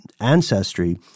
ancestry